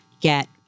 get